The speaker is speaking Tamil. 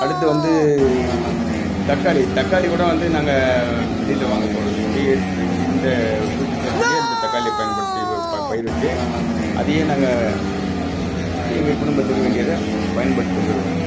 அடுத்து வந்து தக்காளி தக்காளி கூட வந்து நாங்கள் வெளியில் வாங்க போகிறதில்ல இங்கேயே இருக்குது இங்கே இந்த வீட்டுத் தோட்டத்திலே இந்த தக்காளி பயன்படுத்தி பயிர் பயிரிட்டு அதையே நாங்கள் இப்போ எங்கள் குடும்பத்துக்கு வேண்டியதை பயன்படுத்திகிட்டு இருக்கோம்